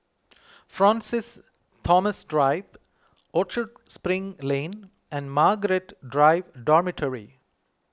Francis Thomas Drive Orchard Spring Lane and Margaret Drive Dormitory